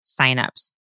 signups